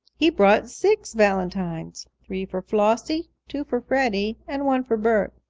he brought six valentines, three for flossie, two for freddie and one for bert.